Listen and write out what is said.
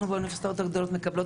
באוניברסיטאות הגדולות אנחנו מקבלות